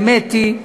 האמת היא,